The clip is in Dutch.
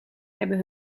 hebben